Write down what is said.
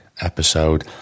episode